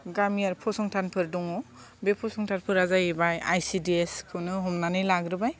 गामियारि फसंथानफोर दङ बे फसंथानफोरा जाहैबाय आइ सि डि एस खौनो हमनानै लाग्रोबाय